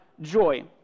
joy